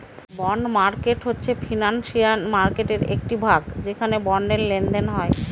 bond market হচ্ছে financial মার্কেটের একটি ভাগ যেখানে বন্ডের লেনদেন হয়